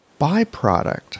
byproduct